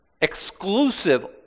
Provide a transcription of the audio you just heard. exclusive